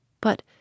But